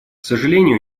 сожалению